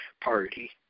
party